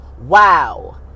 Wow